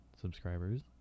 subscribers